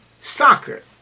Soccer